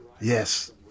Yes